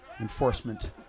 enforcement